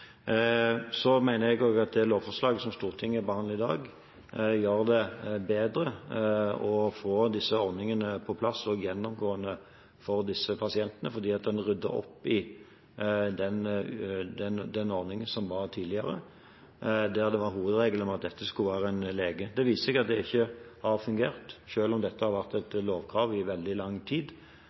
plass gjennomgående for disse pasientene, fordi en rydder opp i den ordningen som var tidligere, der hovedregelen var at det skulle være en lege. Det viser seg at det ikke har fungert, selv om dette har vært et lovkrav i veldig lang tid.